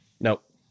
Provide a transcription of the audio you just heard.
Nope